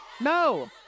No